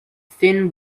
thin